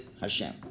Hashem